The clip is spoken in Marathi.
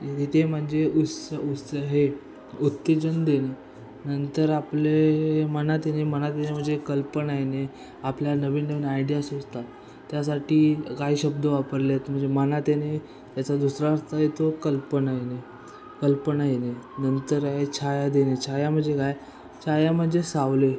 इथे म्हणजे उस्स उस्स हे उत्तेजन देणे नंतर आपले मनात येणे मनात येणे म्हणजे कल्पना येणे आपल्या नवीन नवीन आयडिया सुचतात त्यासाठी काही शब्द वापरले आहेत म्हणजे मनात येणे त्याचा दुसरा अर्थ आहे तो कल्पना येणे कल्पना येणे नंतर छाया देणे छाया म्हणजे छाया म्हणजे सावली